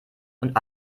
und